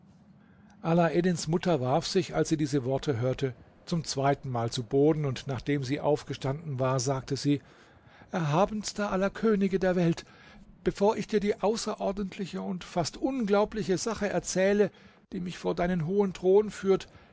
alaeddins mutter warf sich als sie diese worte hörte zum zweiten mal zu boden und nachdem sie aufgestanden war sagte sie erhabenster aller könige der welt bevor ich dir die außerordentliche und fast unglaubliche sache erzähle die mich vor deinen hohen thron führt